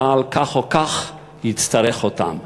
צה"ל כך או כך יצטרך אותם.